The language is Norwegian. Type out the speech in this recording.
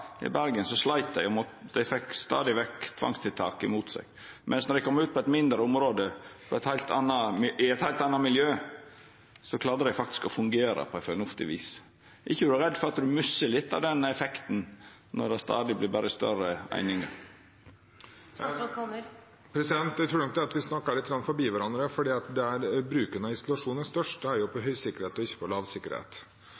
i Bergen, sleit dei og fekk stadig vekk tvangstiltak mot seg, mens då dei kom ut på eit mindre område i eit heilt anna miljø, klarte dei faktisk å fungera på eit fornuftig vis. Er ikkje statsråden redd for at ein misser litt av den effekten når det stadig vert større einingar? Jeg tror nok vi snakker litt forbi hverandre, for der bruk av isolasjon er størst, er jo på